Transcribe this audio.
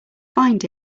find